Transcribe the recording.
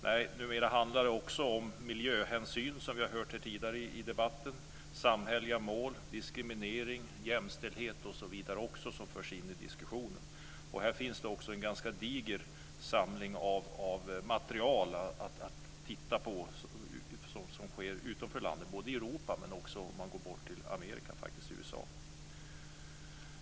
Nej, numera handlar det också om miljöhänsyn, som vi har hört tidigare i debatten, samhälleliga mål, diskriminering, jämställdhet, osv. som också förs in i diskussionen. Och här finns det också en ganska diger samling av material att titta på när det gäller vad som sker utanför landet, i Europa men också i USA.